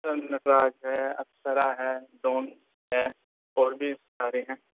نٹراج ہے اپسرا ہے ڈومس ہے اور بھی سارے ہیں